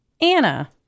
Anna